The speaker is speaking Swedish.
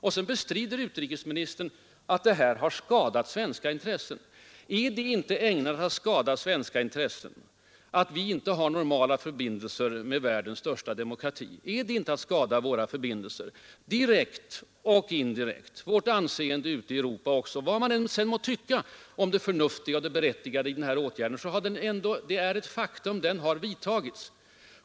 Och så bestrider utrikesministern att det här har skadat svenska intressen. Är det inte ägnat att skada svenska intressen, direkt och indirekt, och också vårt anseende ute i Europa, att vi inte har normala förbindelser med världens största demokrati? Vad man än må tycka om det förnuftiga och berättigade i den amerikanska åtgärden har den ändå - det är ett faktum — vidtagits.